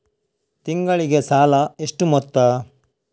ತಿಂಗಳಿಗೆ ಸಾಲ ಎಷ್ಟು ಮೊತ್ತ?